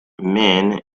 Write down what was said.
men